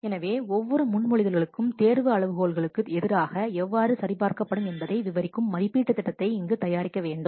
எனவே ஒவ்வொரு முன்மொழிதல்களும் தேர்வு அளவுகோல்களுக்கு எதிராக எவ்வாறு சரிபார்க்கப்படும் என்பதை விவரிக்கும் மதிப்பீட்டு திட்டத்தை இங்கு தயாரிக்க வேண்டும்